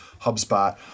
HubSpot